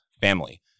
family